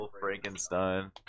Frankenstein